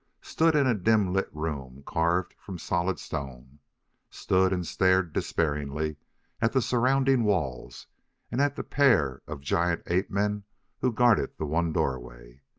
stood in a dim-lit room carved from solid stone stood, and stared despairingly at the surrounding walls and at the pair of giant ape-men who guarded the one doorway.